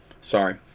sorry